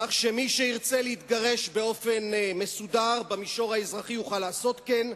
כך שמי שירצה להתגרש באופן מסודר במישור האזרחי יוכל לעשות כן,